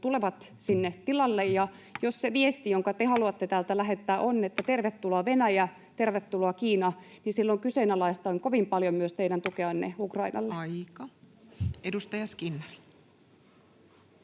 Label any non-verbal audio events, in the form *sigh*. *noise* Ja jos se viesti, jonka te haluatte täältä lähettää, on, että tervetuloa Venäjä, tervetuloa Kiina, niin silloin kyseenalaistan kovin paljon myös teidän tukeanne Ukrainalle. [Speech 103] Speaker: